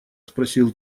спросил